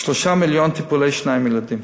3 מיליון טיפולי שיניים לילדים,